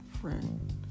friend